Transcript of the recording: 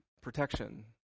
protection